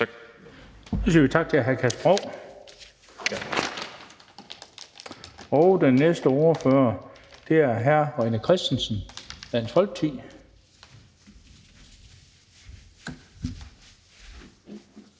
Så siger vi tak til hr. Kasper Roug. Og den næste ordfører er hr. René Christensen, Dansk